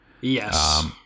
Yes